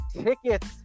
Tickets